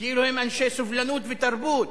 כאילו הם אנשי סובלנות ותרבות.